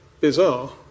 bizarre